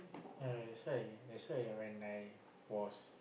yeah that's why that's why when I was